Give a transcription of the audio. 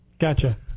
Gotcha